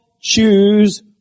choose